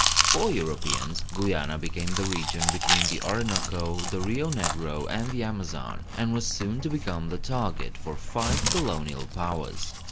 for europeans, guiana became the region between the orinoco, the rio negro and the amazon, and was soon to become the target for five colonial powers.